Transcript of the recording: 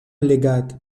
leggat